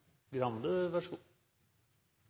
Grande, vær så god.